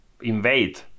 invade